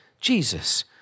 Jesus